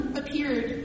appeared